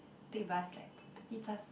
take bus like thirty plus